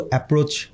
approach